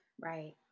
right